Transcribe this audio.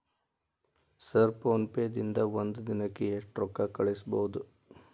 Sir PhonePe ದಿಂದ ಒಂದು ದಿನಕ್ಕೆ ಎಷ್ಟು ರೊಕ್ಕಾ ಕಳಿಸಬಹುದು?